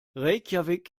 reykjavík